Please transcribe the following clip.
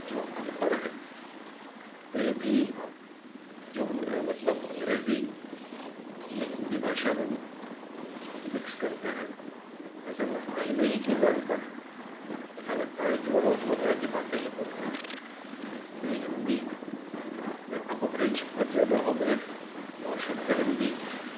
जो अनपढ़ हैं वे भी जो मतलब अंग्रेजी अपनी हिंदी भाषा में मिक्स करते हैं ऐसा लगता हीं नहीं की वे अनपढ़ हैं ऐसा लगता है कि वो रोजमर्रा की बाते ही बोल रहे हैं हिंदी में अपभ्रंश बहुत ज़्यादा हो गये है और शुद्ध हिंदी